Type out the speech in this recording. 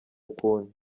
ukundi